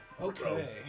Okay